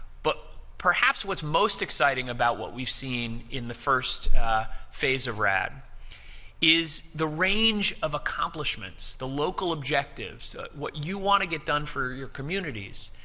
but perhaps what's most exciting about what we've seen in the first phase of rad is the range of accomplishments, the local objectives, what you want to get done for your communities,